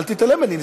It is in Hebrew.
אל תתעלם ממני.